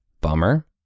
Bummer